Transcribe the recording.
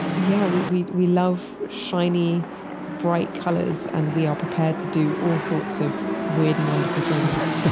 yeah. we we we love shiny bright colors and we are prepared to do all sorts of weird and wonderful things